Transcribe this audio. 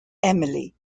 emily